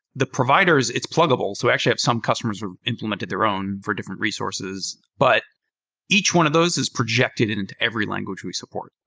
the providers, it's pluggable. so actually, i have some customers who've implemented their own for different resources, but each one of those is projected into every language we support.